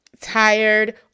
tired